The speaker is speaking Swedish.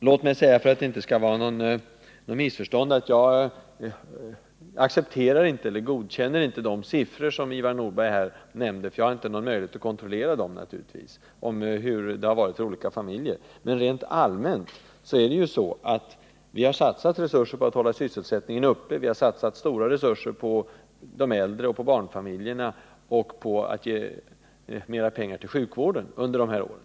Låt mig framhålla, för att det inte skall råda något missförstånd, att jag inte godkänner de siffror över hur det varit för olika familjer som Ivar Nordberg här nämnde, för jag har inte möjlighet att kontrollera dem. Men rent allmänt är det ju så att vi har satsat resurser på att hålla sysselsättningen uppe. Vi har satsat stora resurser på de äldre och på barnfamiljerna. Vi har också givit mera pengar till sjukvården under dessa tre år.